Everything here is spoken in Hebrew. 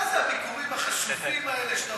מה זה הביקורים החשובים האלה שאתה עושה,